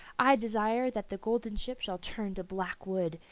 i desire that the golden ship shall turn to black wood,